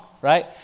right